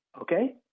okay